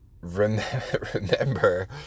remember